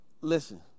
listen